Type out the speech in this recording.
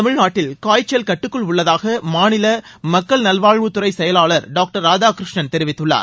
தமிழ்நாட்டில் காய்ச்சல் கட்டுக்குள் உள்ளதாக மாநில மக்கள் நல்வாழ்வுத்துறை செயலாளர் டாங்டர் ராதாகிருஷ்ணன் தெரிவித்துள்ளார்